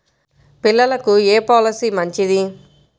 పిల్లలకు ఏ పొలసీ మంచిది?